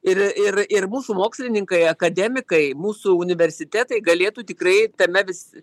ir ir ir mūsų mokslininkai akademikai mūsų universitetai galėtų tikrai tame vis